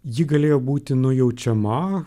ji galėjo būti nujaučiama